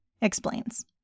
explains